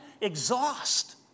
exhaust